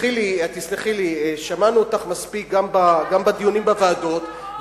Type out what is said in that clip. תסלחי לי, שמענו אותך מספיק גם בדיונים בוועדות.